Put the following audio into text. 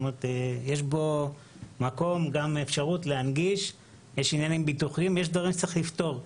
יש גם מקום להנגיש אך יש עניינים שצריך לפתור.